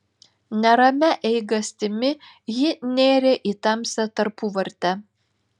neramia eigastimi ji nėrė į tamsią tarpuvartę